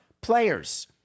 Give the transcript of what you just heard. players